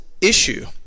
issue